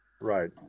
Right